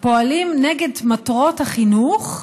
הפועלים נגד מטרות החינוך"